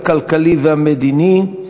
הכלכלי והמדיני.